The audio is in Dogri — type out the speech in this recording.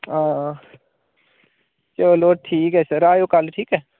हां चलो ठीक ऐ सर आएओ कल ठीक ऐ